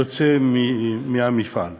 היוצא מהמפעל.